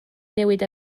newid